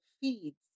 feeds